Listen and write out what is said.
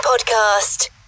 podcast